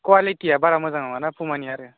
कुवालिटिआ बारा मोजां नङा ना पुमानिया आरो